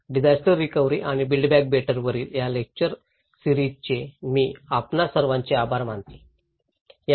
disaster recovery आणि build back better वरील या लेक्चर सिरीज चे मी आपणा सर्वांचे आभार मानतें